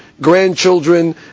grandchildren